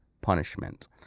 punishment